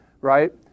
right